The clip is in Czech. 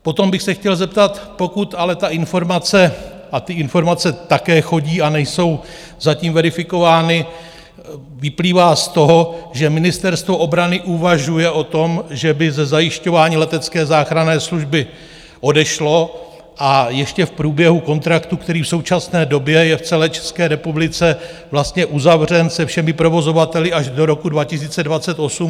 Potom bych se chtěl zeptat, pokud ale ta informace a ty informace také chodí a nejsou zatím verifikovány vyplývá z toho, že Ministerstvo obrany uvažuje o tom, že by ze zajišťování letecké záchranné služby odešlo, a ještě v průběhu kontraktu, který v současné době je v celé České republice vlastně uzavřen se všemi provozovateli až do roku 2028.